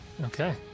Okay